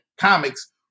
comics